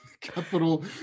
Capital